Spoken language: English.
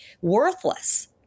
worthless